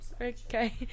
okay